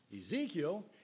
Ezekiel